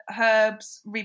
herbs